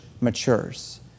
matures